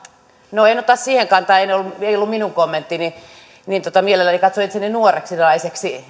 no en ota siihen kantaa ei ollut minun kommenttini mielelläni katson itseni nuoreksi naiseksi